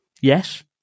yes